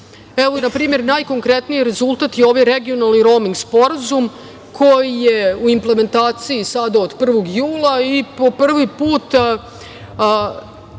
Evo, na primer, najkonkretniji rezultat je ovaj regionalni roming sporazum koji je u implementaciji sada od 1. jula i po prvi put naši